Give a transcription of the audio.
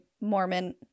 Mormon